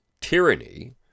tyranny